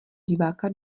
diváka